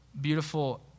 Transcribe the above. beautiful